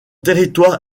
territoire